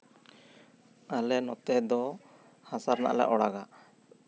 ᱟᱞᱮ ᱱᱚᱛᱮ ᱫᱚ ᱦᱟᱥᱟ ᱨᱮᱱᱟᱜ ᱞᱮ ᱚᱲᱟᱜᱟ